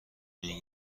این